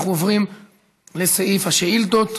אנחנו עוברים לסעיף השאילתות.